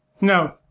No